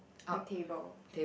the table